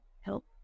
help